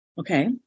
Okay